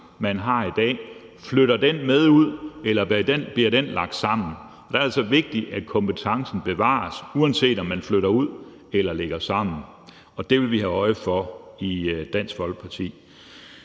man har i dag. Flytter den med ud, eller bliver den lagt sammen? Det er altså vigtigt, at kompetencen bevares, uanset om man flytter ud eller lægger sammen. Det vil vi have øje for i Dansk Folkeparti.